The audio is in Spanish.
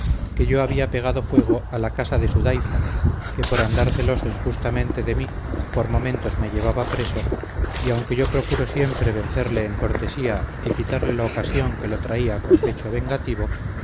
que yo había pegado fuego a la casa de su daifa que por andar celoso injustamente de mí por momentos me llevaba preso y aunque yo procuro siempre vencerle en cortesía y quitarle la ocasión que lo traía con pecho vengativo